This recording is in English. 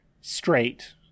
straight